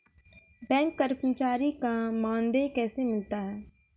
Bank कर्मचारी का मानदेय कैसे मिलता हैं?